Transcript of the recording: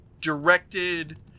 directed